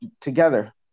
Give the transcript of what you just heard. together